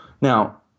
Now